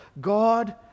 God